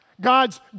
God's